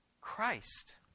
Christ